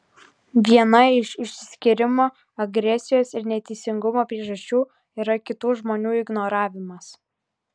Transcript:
viena iš išsiskyrimo agresijos ir neteisingumo priežasčių yra kitų žmonių ignoravimas